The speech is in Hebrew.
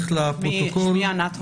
אני ענת הורוויץ,